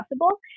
possible